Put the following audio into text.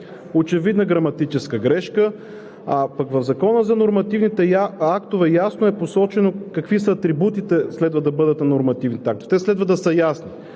очевидна граматическа грешка, а пък в Закона за нормативните актове ясно е посочено какви следва да бъдат нормативните актове. Те следва да са ясни,